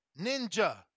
Ninja